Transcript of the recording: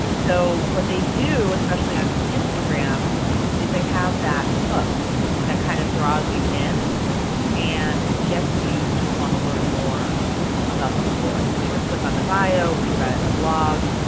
so what they do especially on instagram is they have that book that kind of draws you in and gets you to want to learn more about the story, so either click on the bio, read about it on the blog.